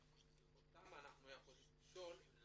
אותם אנחנו יכולים לשאול על